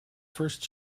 first